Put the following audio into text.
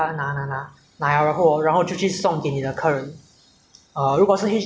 uh 如果是 H_D_B 的话我就去找那个 block number hor 拿那个 block number 就走上去 orh